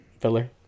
Filler